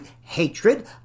hatred